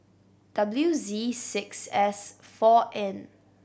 W Z six S four N